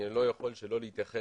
אני לא יכול שלא להתייחס